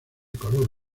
color